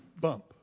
bump